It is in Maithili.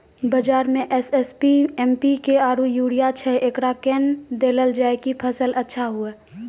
बाजार मे एस.एस.पी, एम.पी.के आरु यूरिया छैय, एकरा कैना देलल जाय कि फसल अच्छा हुये?